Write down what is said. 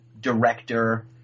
director